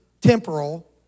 temporal